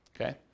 okay